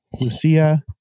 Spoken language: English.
Lucia